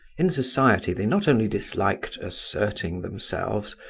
in society they not only disliked asserting themselves,